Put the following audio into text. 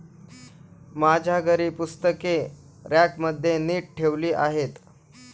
माझ्या घरी पुस्तके रॅकमध्ये नीट ठेवली आहेत